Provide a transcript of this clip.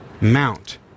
Mount